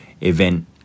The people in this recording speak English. event